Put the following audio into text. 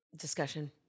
discussion